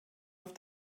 auf